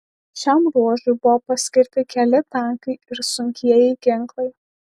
šiam ruožui buvo paskirti keli tankai ir sunkieji ginklai